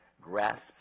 grasp